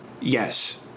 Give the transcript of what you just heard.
yes